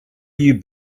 you